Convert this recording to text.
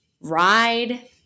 ride